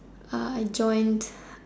Ah I joined